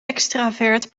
extravert